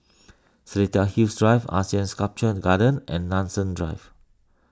Seletar Hills Drive Asean Sculpture Garden and Nanson Drive